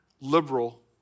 liberal